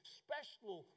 special